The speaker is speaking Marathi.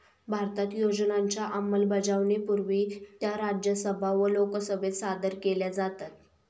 भारतात योजनांच्या अंमलबजावणीपूर्वी त्या राज्यसभा व लोकसभेत सादर केल्या जातात